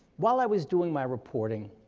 while i was doing my reporting,